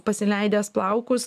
pasileidęs plaukus